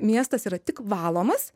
miestas yra tik valomas